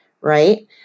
Right